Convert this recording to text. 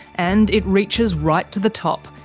and it reaches right to the top,